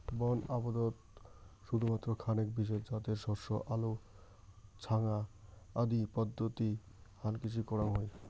বন আবদত শুধুমাত্র খানেক বিশেষ জাতের শস্য আলো ছ্যাঙা আদি পদ্ধতি হালকৃষি করাং হই